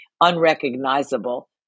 unrecognizable